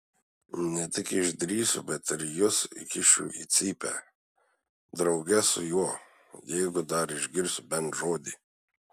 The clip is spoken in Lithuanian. ne tik išdrįsiu bet ir jus įkišiu į cypę drauge su juo jeigu dar išgirsiu bent žodį